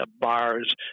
bars